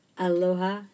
Aloha